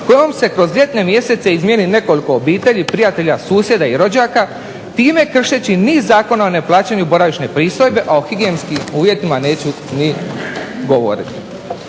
kojom se kroz ljetne mjesece izmijeni nekoliko obitelji, prijatelja, susjeda i rođaka time kršeći niz zakona o neplaćanju boravišne pristojbe a o higijenskim uvjetima neću ni govoriti.